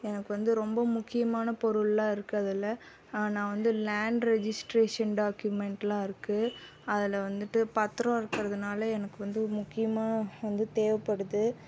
எனக்கு வந்து ரொம்ப முக்கியமான பொருள்லாம் இருக்குது அதில் நான் வந்து லேண்ட் ரெஜிஸ்ட்ரேஷன் டாக்குமெண்ட்டுலாம் இருக்குது அதில் வந்துட்டு பத்திரம் இருக்கறதுனால எனக்கு வந்து முக்கியமாக வந்து தேவைப்படுது